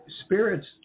spirits